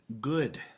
good